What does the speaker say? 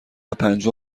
پنجم